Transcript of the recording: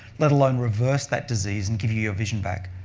let alone reverse that disease and give you your vision back.